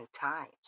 times